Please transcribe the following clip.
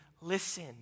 listen